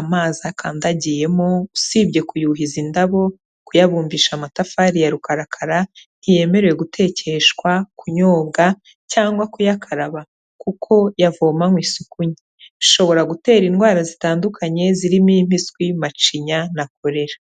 amazi akandagiyemo usibye kuyuhiza indabo, kuyabumbisha amatafari ya rukarakara, ntiyemerewe gutekeshwa, kunyobwa cyangwa kuyakaraba, kuko yavomanywe isuku nke, bishobora gutera indwara zitandukanye, zirimo impiswi, macinya na korera.